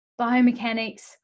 biomechanics